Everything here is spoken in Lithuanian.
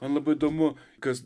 man labai įdomu kas